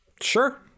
Sure